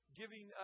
giving